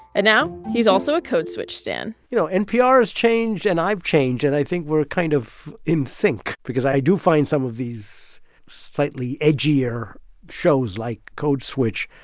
and now, he's also a code switch stan you know, npr has changed, and i've changed. and i think we're kind of in sync because i do find some of these slightly edgier shows, like code switch,